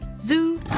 Zoo